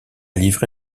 livré